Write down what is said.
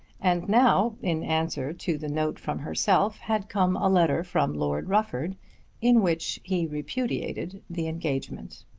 and now, in answer to the note from herself, had come a letter from lord rufford in which he repudiated the engagement.